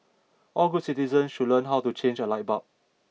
all good citizens should learn how to change a light bulb